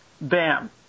Bam